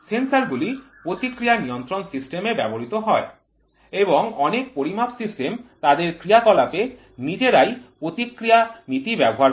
sensor গুলি প্রতিক্রিয়া নিয়ন্ত্রণ সিস্টেম এ ব্যবহৃত হয় এবং অনেক পরিমাপ সিস্টেম তাদের ক্রিয়াকলাপে নিজেরাই প্রতিক্রিয়া নীতি ব্যবহার করে